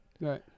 right